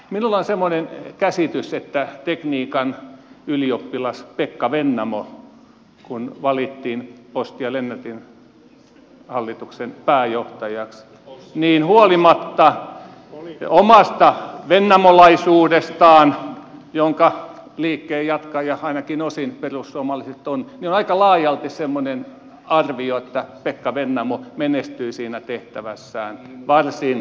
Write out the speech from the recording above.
minulla on semmoinen käsitys että kun tekniikan ylioppilas pekka vennamo valittiin posti ja lennätinlaitoksen pääjohtajaksi niin huolimatta omasta vennamolaisuudestaan jonka liikkeen jatkaja ainakin osin perussuomalaiset on on aika laajalti semmoinen arvio että pekka vennamo menestyi siinä tehtävässään varsin hyvin